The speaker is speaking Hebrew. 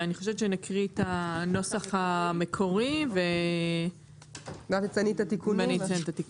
אני חושבת שנקריא את הנוסח המקורי ואני אציין את התיקונים.